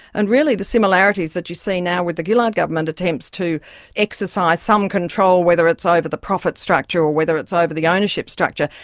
and really the similarities that you see now with the gillard government attempts to exercise some control, whether it's ah over the profit structure or whether it's over the ownership structure,